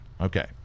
okay